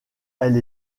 elle